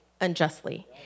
unjustly